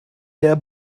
der